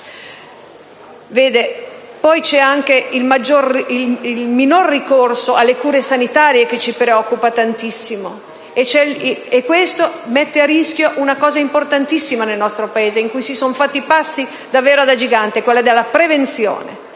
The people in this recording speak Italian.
poi anche il minor ricorso alle cure sanitarie a preoccuparci tantissimo; questo mette a rischio un aspetto importantissimo nel nostro Paese, in cui si sono compiuti davvero passi da gigante, quello della prevenzione.